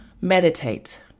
Meditate